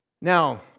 Now